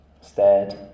stared